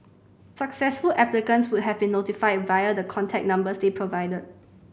successful applicants would have been notified via the contact numbers they provided